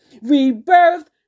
rebirth